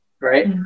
right